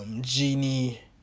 Genie